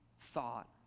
thought